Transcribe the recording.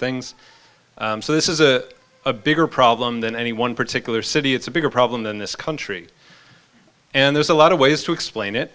things so this is a a bigger problem than any one particular city it's a bigger problem in this country and there's a lot of ways to explain it